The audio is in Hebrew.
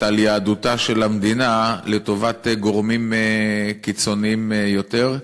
על יהדותה של המדינה מצד גורמים קיצוניים יותר,